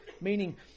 meaning